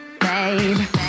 babe